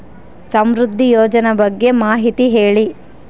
ಸಮೃದ್ಧಿ ಯೋಜನೆ ಬಗ್ಗೆ ಮಾಹಿತಿ ಹೇಳಿ?